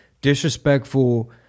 disrespectful